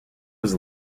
was